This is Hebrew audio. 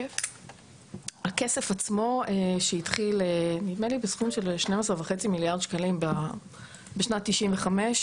הכסף עצמו שהתחיל נדמה לי בסכום של 12.5 מיליארד שקלים בשנת 1995,